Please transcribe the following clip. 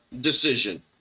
decision